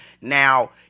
Now